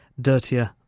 dirtier